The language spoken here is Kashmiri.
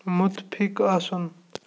مُتفِق آسُن